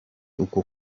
uko